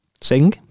Sing